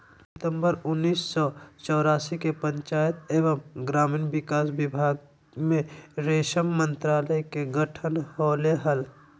सितंबर उन्नीस सो चौरासी के पंचायत एवम ग्रामीण विकास विभाग मे रेशम मंत्रालय के गठन होले हल,